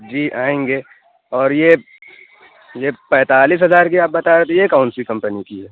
جی آئیں گے اور یہ یہ پیتالیس ہزار کی آپ بتا رہے تھے یہ کون سی کمپنی کی ہے